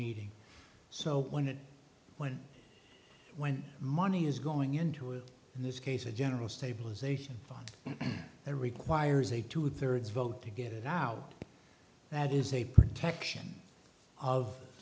meeting so when and when when money is going into it in this case a general stabilization fund that requires a two thirds vote to get it now that is a protection of